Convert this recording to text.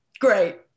great